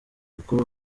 kuko